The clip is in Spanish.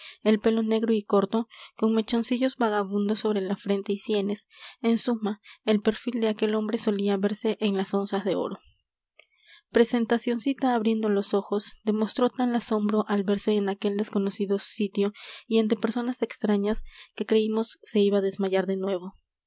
el pelo negro y corto con mechoncillos vagabundos sobre la frente y sienes en suma el perfil de aquel hombre solía verse en las onzas de oro presentacioncita abriendo los ojos demostró tal asombro al verse en aquel desconocido sitio y ante personas extrañas que creímos se iba a desmayar de nuevo